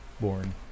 born